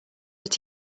but